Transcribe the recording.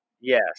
Yes